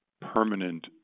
permanent